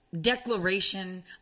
declaration